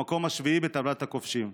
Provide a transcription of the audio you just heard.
במקום השביעי בטבלת הכובשים.